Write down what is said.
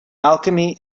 alchemy